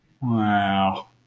Wow